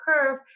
curve